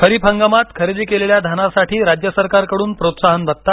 खरिप हंगामात खरेदी केलेल्या धानासाठी राज्यसरकारकडून प्रोत्साहन भत्ता